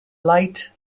light